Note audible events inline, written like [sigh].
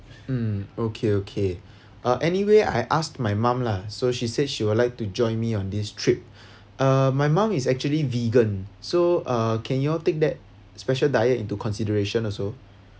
mm okay okay [breath] uh anyway I ask my mom lah so she said she would like to join me on this trip [breath] uh my mom is actually vegan so uh can you take that special diet into consideration also